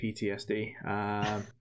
ptsd